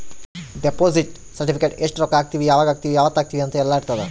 deposit certificate ಎಸ್ಟ ರೊಕ್ಕ ಹಾಕೀವಿ ಯಾವಾಗ ಹಾಕೀವಿ ಯಾವತ್ತ ಹಾಕೀವಿ ಯೆಲ್ಲ ಇರತದ